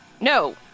No